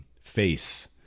face